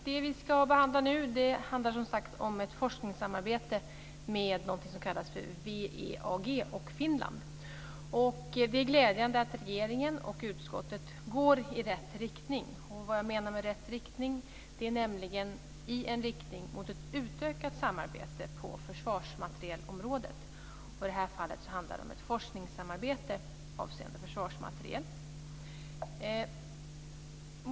Herr talman! Det vi nu ska behandla är ett forskningssamarbete med något som kallas för WEAG och Finland. Det är glädjande att regeringen och utskottet går i rätt riktning. Vad jag menar med rätt riktning är i riktning mot ett utökat samarbete på försvarsmaterielområdet. I det här fallet handlar det om ett forskningssamarbete avseende försvarsmateriel.